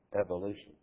evolution